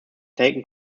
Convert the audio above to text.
taken